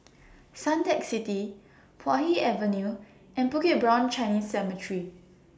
Suntec City Puay Hee Avenue and Bukit Brown Chinese Cemetery